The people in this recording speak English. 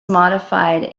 modified